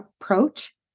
approach